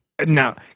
now